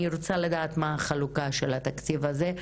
אני רוצה לדעת מהי החלוקה של התקציב הזה,